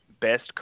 best